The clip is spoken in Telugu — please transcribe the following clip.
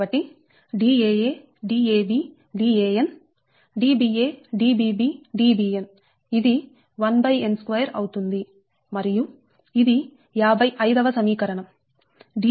కాబట్టి Daa Dab Dan Dba Dbb Dbn ఇది 1n2 అవుతుంది మరియు ఇది 55 వ సమీకరణం Daa Dbb